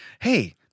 hey